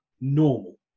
normal